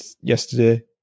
yesterday